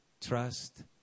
trust